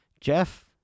Jeff